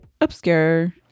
obscure